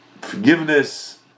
forgiveness